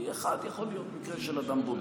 כי אחד יכול להיות מקרה של אדם בודד.